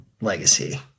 legacy